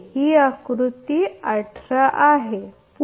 हे आकृती 18 आहे बरोबर